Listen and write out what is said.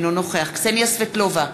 אינו נוכח קסניה סבטלובה,